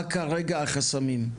מה כרגע החסמים?